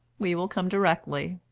we will come directly.